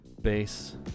bass